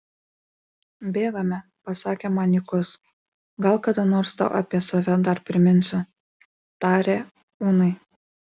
bėgame pasakė man nykus gal kada nors tau apie save dar priminsiu tarė unai